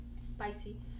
spicy